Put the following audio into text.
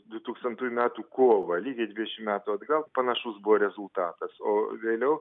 du tūkstantųjų metų kovą lygiai dvidešim metų atgal panašus buvo rezultatas o vėliau